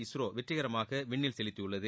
இஸ்ரோ வெற்றிகரமாக விண்ணில் செலுத்தியுள்ளது